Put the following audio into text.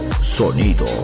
sonido